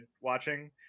watching